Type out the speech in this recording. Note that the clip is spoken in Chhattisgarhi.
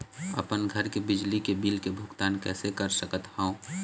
अपन घर के बिजली के बिल के भुगतान कैसे कर सकत हव?